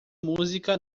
música